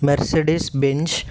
Mercedes Benz